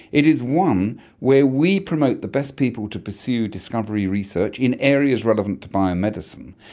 it is one where we promote the best people to pursue discovery research in areas relevant to biomedicine.